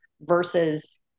versus